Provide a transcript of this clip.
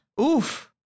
oof